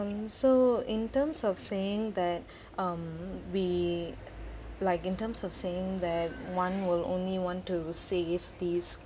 so in terms of saying that um we like in terms of saying that one will only want to save these